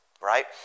right